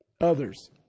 others